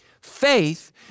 Faith